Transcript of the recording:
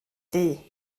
ddu